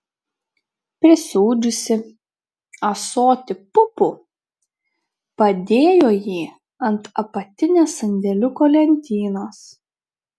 prisūdžiusi ąsotį pupų padėjo jį ant apatinės sandėliuko lentynos